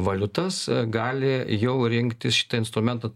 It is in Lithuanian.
valiutas gali jau rinktis šitą instrumentą